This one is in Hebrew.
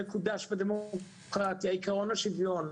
עיקרון השוויון,